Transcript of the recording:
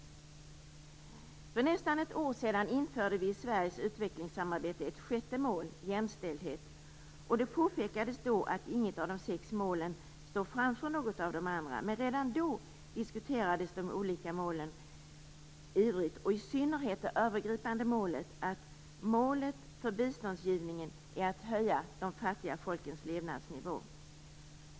För nästan ett år sedan införde vi i Sveriges utvecklingssamarbete ett sjätte mål - jämställdhet. Det påpekades då att inget av de sex målen står framför något av de andra, men redan då diskuterades de olika målen ivrigt, i synnerhet det övergripande: att målet för biståndsgivningen är att höja de fattiga folkens levnadsnivå.